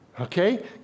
Okay